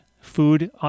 food